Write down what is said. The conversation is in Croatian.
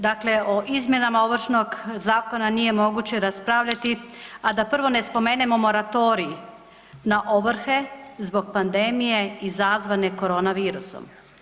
Dakle, o izmjenama Ovršnog zakona nije moguće raspravljati, a da prvo ne spomenemo moratorij na ovrhe zbog pandemije izazvane korona virusom.